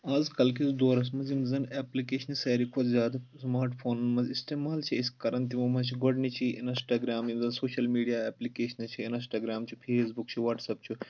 آزکل کِس دورَس منٛز یِم زَن ایپلِکیشنہٕ ساروی کھۄتہٕ زیادٕ سماٹ فونَن منٛز اِستعمال چھِ أسۍ کَران تِمن منٛز چھُ گۄڈنِچی اِنسٹاگرٛام یِم زَن سوشَل میٖڈیا ایپلِکیشنہٕ چھِ اِنسٹاگرٛام چھُ فیس بُک چھُ وَٹسایپ چھُ